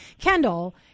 Kendall